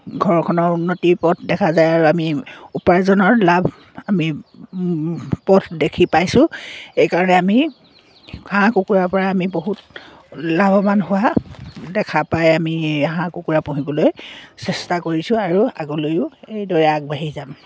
ঘৰখনৰ উন্নতিৰ পথ দেখা যায় আৰু আমি উপাৰ্জনৰ লাভ আমি পথ দেখি পাইছোঁ এইকাৰণে আমি হাঁহ কুকুৰাৰপৰা বহুত লাভৱান হোৱা দেখা পাই আমি এই হাঁহ কুকুৰা পুহিবলৈ চেষ্টা কৰিছোঁ আৰু আগলৈয়ো এইদৰে আগবাঢ়ি যাম